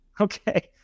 okay